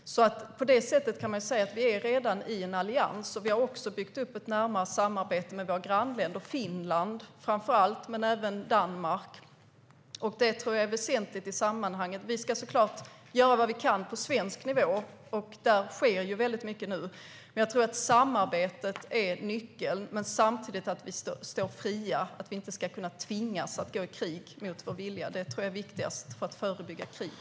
Vi är alltså redan i en allians. Vi har också byggt ett närmare samarbete med våra grannländer, framför allt med Finland men även med Danmark. Det är väsentligt i sammanhanget. Vi ska såklart göra vad vi kan på svensk nivå, och där sker mycket. Jag tror dock att samarbetet är nyckeln samtidigt som vi står fria och inte kan tvingas att gå i krig mot vår vilja. Det är det viktigaste för att förebygga krig.